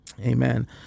Amen